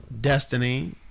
Destiny